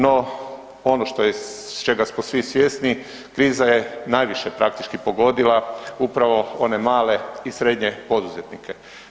No ono čega smo svi svjesni kriza je najviše praktički pogodila upravo one male i srednje poduzetnike.